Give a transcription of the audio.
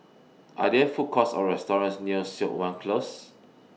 Are There Food Courts Or restaurants near Siok Wan Close